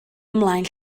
ymlaen